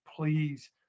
Please